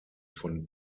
von